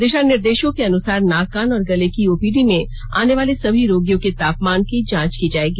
दिशा निर्देशों के अनुसार नाक कान और गले की ओपीडी में आने वाले सभी रोगियों के तापमान की जांच की जाएगी